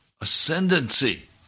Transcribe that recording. ascendancy